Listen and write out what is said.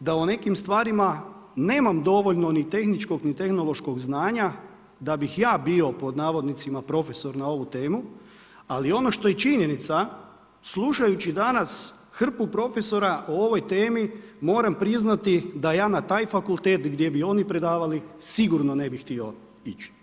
da o nekim stvarima nemam dovoljno ni tehničkog, ni tehnološkog znanja da bih ja bio „profesor“ na ovu temu, ali ono što je činjenica, slušajući danas hrpu profesora o ovoj temi, moramo priznati da ja na taj fakultet gdje bi oni predavali sigurno ne bi htio ići.